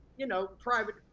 you know, private,